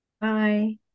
Bye